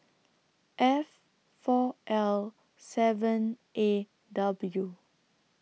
F four L seven A W